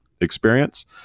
experience